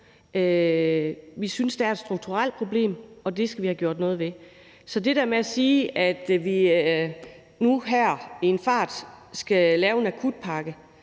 Vi synes, der er et strukturelt problem, og det skal vi have gjort noget ved. Så det der med, at vi nu her i en fart skal lave en akutpakke,